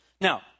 Now